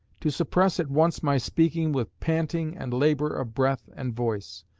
to suppress at once my speaking, with panting and labour of breath and voice.